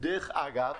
דרך אגב,